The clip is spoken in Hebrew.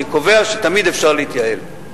אני קובע שתמיד אפשר להתייעל.